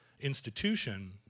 institution